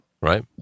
Right